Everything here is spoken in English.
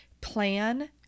plan